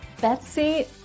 Betsy